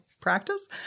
practice